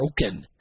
broken